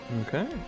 Okay